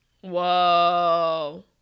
Whoa